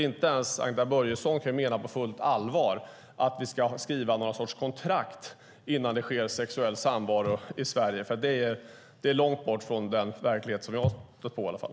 Inte ens Agneta Börjesson kan på fullt allvar mena att vi ska skriva något sorts kontrakt innan det sker sexuell samvaro i Sverige. Det är långt från den verklighet som jag har stött på i alla fall.